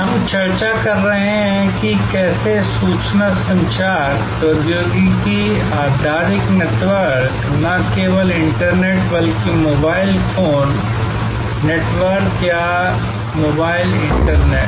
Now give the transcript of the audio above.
हम चर्चा कर रहे हैं कि कैसे सूचना संचार प्रौद्योगिकी आधारित नेटवर्क न केवल इंटरनेट बल्कि मोबाइल फोन नेटवर्क या मोबाइल इंटरनेट